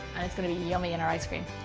and it's going to be yummy in our ice cream.